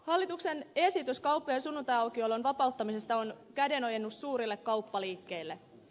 hallituksen esitys kauppojen sunnuntaiaukiolon vapauttamisesta on kädenojennus suurille kauppaliikkeille